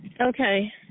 okay